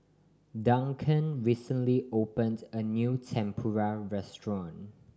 Duncan recently opened a new Tempura restaurant